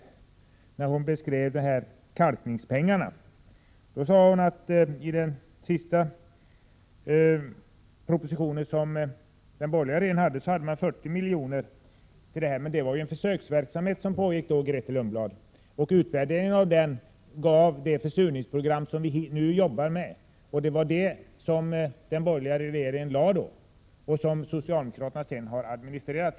När hon beskrev utvecklingen av kalkningspengarna sade hon att den borgerliga regeringen i sin sista budgetproposition anslog 40 milj.kr. till kalkning. Det var ju en försöksverksamhet som pågick då, och utvärderingen av den gav det försurningsprogram som den borgerliga regeringen lade fram och som socialdemokraterna sedan har administrerat.